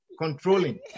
controlling